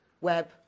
web